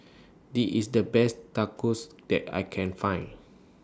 IT IS The Best Tacos that I Can Find